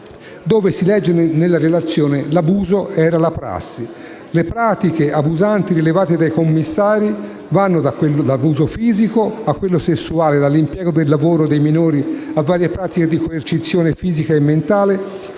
si legge che l'abuso era la prassi: le pratiche abusanti rilevate dai commissari vanno dall'abuso fisico a quello sessuale, dall'impiego del lavoro dei minori a varie pratiche di coercizione fisica e mentale,